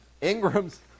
Ingrams